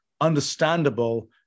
understandable